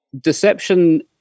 deception